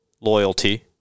loyalty